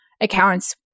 accounts